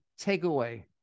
takeaway